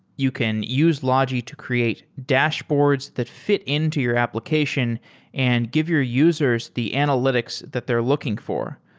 you can use logi to create dashboards that fit into your application and give your users the analytics that they're looking for.